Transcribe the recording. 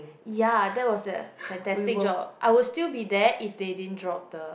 ya that was the fantastic job I will still be there if they didn't drop the